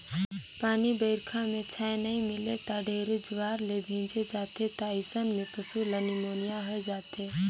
पानी बइरखा में छाँय नइ मिले त ढेरे जुआर ले भीजे जाथें त अइसन में पसु ल निमोनिया होय जाथे